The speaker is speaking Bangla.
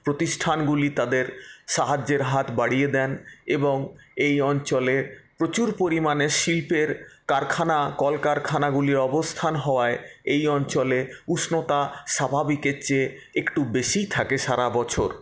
প্রতিষ্ঠানগুলি তাদের সাহায্যের হাত বাড়িয়ে দেন এবং এই অঞ্চলে প্রচুর পরিমাণে শিল্পের কারখানা কল কারখানাগুলির অবস্থান হওয়ায় এই অঞ্চলে উষ্ণতা স্বাভাবিকের চেয়ে একটু বেশিই থাকে সারা বছর